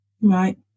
Right